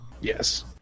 Yes